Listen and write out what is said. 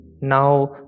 now